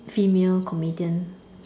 female comedian